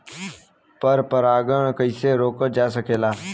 पर परागन कइसे रोकल जा सकेला?